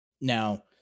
Now